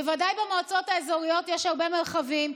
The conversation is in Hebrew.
בוודאי במועצות האזוריות יש הרבה מרחבים.